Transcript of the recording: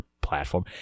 platform